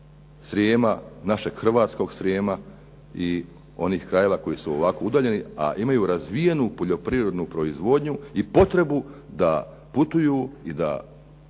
Srijema, našeg hrvatskog Srijema i onih krajeva koji su ovako udaljeni, a imaju razvijenu poljoprivrednu proizvodnju i potrebu da putuju i da